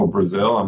Brazil